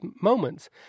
moments